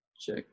check